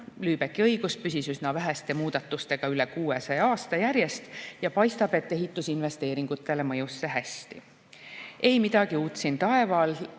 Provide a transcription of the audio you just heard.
Lübecki õigus püsis üsna väheste muudatustega üle 600 aasta järjest ja paistab, et ehitusinvesteeringutele mõjus see hästi. Ei midagi uut siin taeva